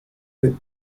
with